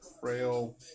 frail